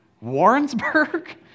Warrensburg